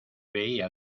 veía